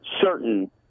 certain